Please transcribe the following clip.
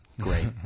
Great